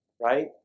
right